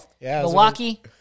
Milwaukee